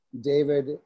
David